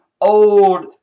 old